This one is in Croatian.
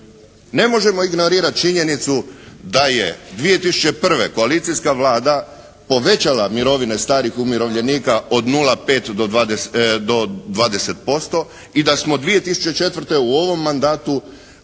Ne možemo ignorirati činjenicu da je 2001. koalicijska Vlada povećala mirovine starih umirovljenika od 0,5 do 20% i da smo 2004. u ovom mandatu